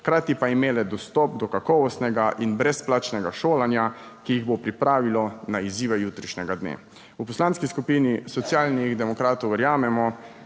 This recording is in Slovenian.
hkrati pa imele dostop do kakovostnega in brezplačnega šolanja, ki jih bo pripravilo na izzive jutrišnjega dne. V Poslanski skupini Socialnih demokratov verjamemo,